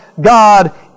God